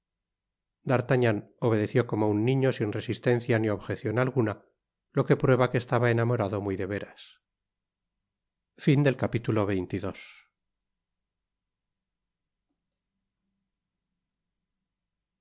d'artagnan obedeció como un niño sin resistencia ni objecion alguna lo que prueba que estaba enamorado muy de veras